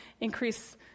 increase